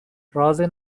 رازی